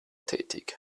tätig